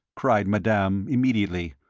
cried madame, immediately.